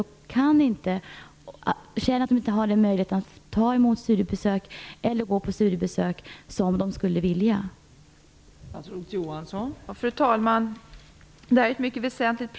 De känner att de inte har möjlighet att ta emot studiebesök eller att göra studiebesök så som de skulle vilja göra.